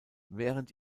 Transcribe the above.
während